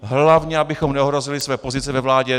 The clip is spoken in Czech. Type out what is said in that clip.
Hlavně abychom neohrozili své pozice ve vládě.